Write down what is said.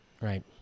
Right